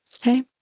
Okay